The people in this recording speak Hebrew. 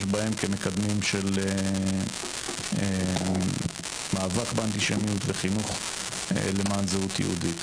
בהן כמקדמים של מאבק באנטישמיות וחינוך למען זהות יהודית.